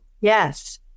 Yes